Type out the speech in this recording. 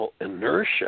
inertia